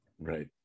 right